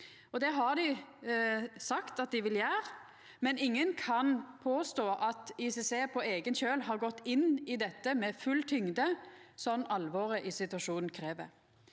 i Israel dei sagt at dei vil gjera, men ingen kan påstå at ICC på eigen kjøl har gått inn i dette med full tyngde, slik alvoret i situasjonen krev.